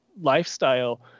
lifestyle